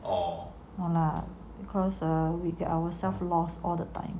or or because uh with get ourselves lost all the time